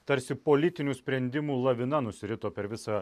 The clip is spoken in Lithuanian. tarsi politinių sprendimų lavina nusirito per visą